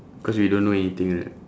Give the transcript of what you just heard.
cause we don't know anything right